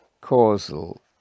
causal